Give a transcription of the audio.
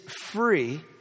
free